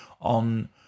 on